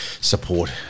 support